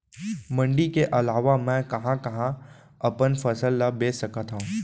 मण्डी के अलावा मैं कहाँ कहाँ अपन फसल ला बेच सकत हँव?